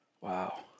Wow